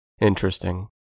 Interesting